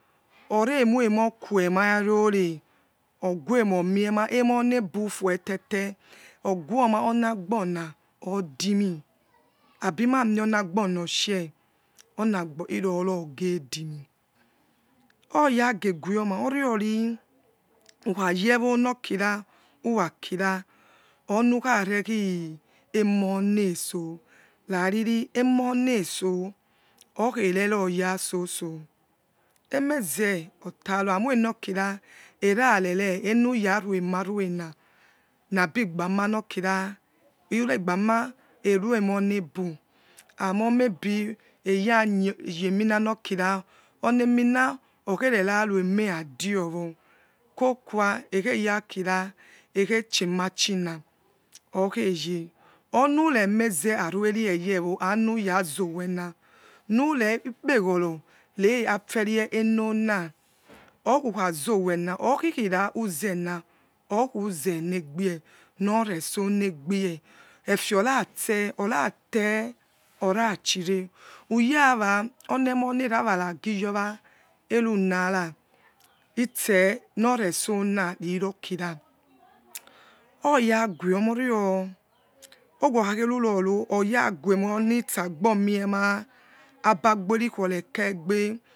Oremoims kwemarone oguemomiema nebu fretete ognoma anagibona adimi abiriamionagbong osteonagos iroroghesini yage goma yori ukhajewo nioking working wrakira onukharekhirens nedo ravi sermonesookitreroya soto emeze otaro aircoya nokira erariere onora remarin nabigbomaneking eroimo rebu amon may be erageminamoking pokokuwa ekheraking ekhe ciemachi na okkeye onuremeze khamyere yews nerazowena nure hekregoro maferie enoria okulkhazowens okikira ozená otkuzenebie love sonebie aferose onate orachire savunara storiesoni rirokita oyagoemon sagtronie agbaborikiorelkegbe.